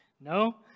No